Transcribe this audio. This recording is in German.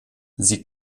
sie